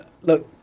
look